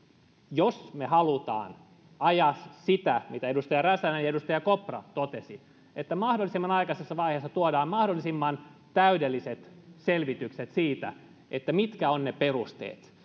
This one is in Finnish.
jos me haluamme ajaa sitä mitä edustaja räsänen ja edustaja kopra totesivat että mahdollisimman aikaisessa vaiheessa tuodaan mahdollisimman täydelliset selvitykset siitä siitä mitkä ovat perusteet